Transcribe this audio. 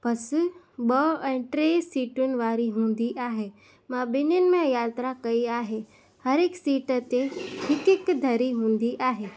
बस ॿ ऐं टे सीटुनि वारी हूंदी आहे मां ॿिन्हिनि में यात्रा कई आहे हर हिक सीट ते हिक हिक धरी हूंदी आहे